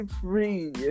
free